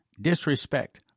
disrespect